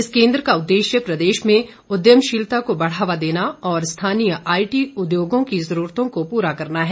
इस केंद्र का उददेश्य प्रदेश में उद्यमशीलता को बढ़ावा देना और स्थानीय आईटी उद्योगों की जरूरतों को पूरा करना है